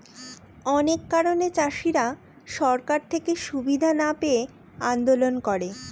অনেক কারণে চাষীরা সরকার থেকে সুবিধা না পেয়ে আন্দোলন করে